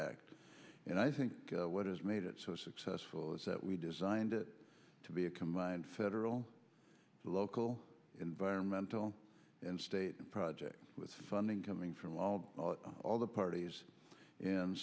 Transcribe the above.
act and i think what has made it so successful is that we designed it to be a combined federal local environmental and state project with funding coming from all the parties and